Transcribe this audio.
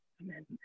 Amen